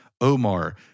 Omar